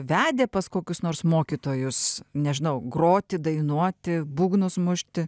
vedė pas kokius nors mokytojus nežinau groti dainuoti būgnus mušti